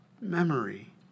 memory